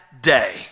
day